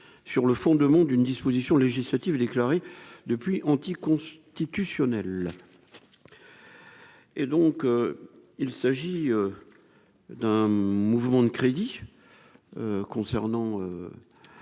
sur le fond de monde une disposition législative déclaré depuis anticonstitutionnelle et donc il s'agit d'un mouvement de crédit concernant